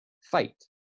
fight